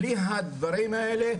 בלי הדברים האלה,